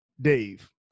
dave